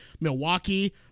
Milwaukee